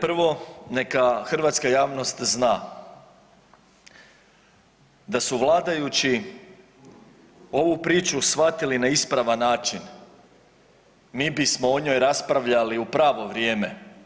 Prvo neka hrvatska javnost zna da su vladajući ovu priču shvatili na ispravan način mi bismo o njoj raspravljali u pravo vrijeme.